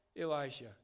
Elijah